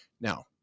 Now